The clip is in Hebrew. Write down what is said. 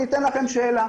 אז אני אשאל אתכם שאלה.